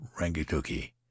Rangituki